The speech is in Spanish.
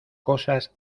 cosas